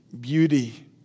beauty